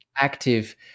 active